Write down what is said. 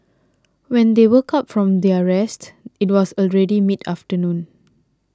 when they woke up from their rest it was already mid afternoon